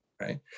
right